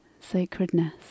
sacredness